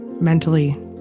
mentally